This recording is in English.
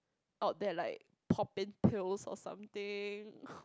out there like popping pills or something